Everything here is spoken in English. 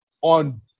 on